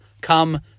come